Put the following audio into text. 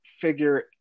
figure